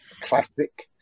classic